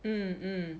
mm mm